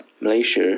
Malaysia